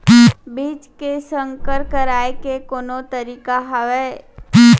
बीज के संकर कराय के कोनो तरीका हावय?